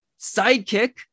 sidekick